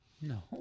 No